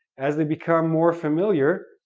as they become more familiar,